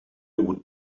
would